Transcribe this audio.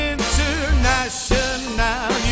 International